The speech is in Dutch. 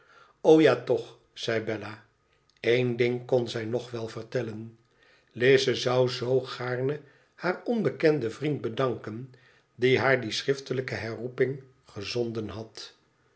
ja toch zei bella ééo ding kon zij nog wel vertellen lize zou zoo gaarne haar onbekenden vriend bedanken die haar die schriftelijke herroepmg gezonden had